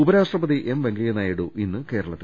ഉപരാഷ്ട്രപതി എം വെങ്കയ്യ നായിഡു ഇന്ന് കേരളത്തിൽ